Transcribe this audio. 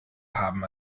haben